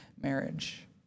marriage